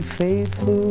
faithful